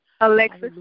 Alexis